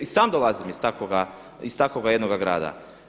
I sam dolazim iz takvoga jednoga grada.